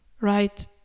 right